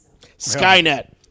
Skynet